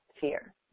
fear